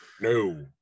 No